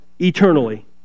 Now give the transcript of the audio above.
eternally